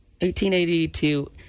1882